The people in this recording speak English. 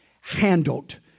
handled